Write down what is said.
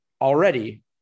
already